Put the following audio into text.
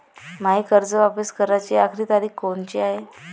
मायी कर्ज वापिस कराची आखरी तारीख कोनची हाय?